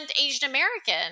Asian-American